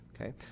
okay